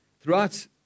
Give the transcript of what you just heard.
throughout